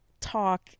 talk